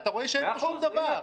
ואתה רואה שאין פה שום דבר.